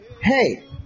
Hey